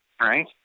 right